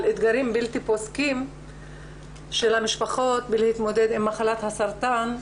אתגרים בלתי פוסקים של המשפחות בלהתמודד עם מחלת הסרטן.